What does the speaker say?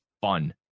fun